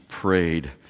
prayed